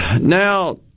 Now